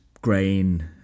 grain